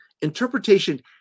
interpretation